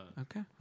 Okay